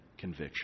conviction